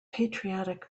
patriotic